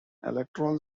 electoral